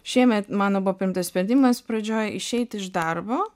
šiemet mano buvo priimtas sprendimas pradžioj išeit iš darbo